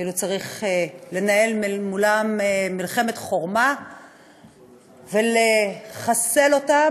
כאילו צריך לנהל מולם מלחמת חורמה ולחסל אותם,